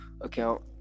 account